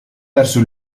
verso